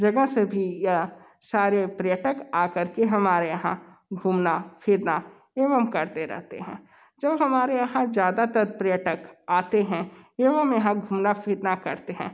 जगह से ही या सारे पर्यटक आ करके हमारे यहाँ घूमना फिरना एवं करते रहते हैं जो हमारे यहाँ ज़्यादातर पर्यटक आते हैं एवं यहाँ घूमना फिरना करते हैं